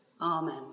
Amen